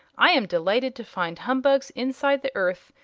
i am delighted to find humbugs inside the earth,